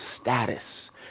status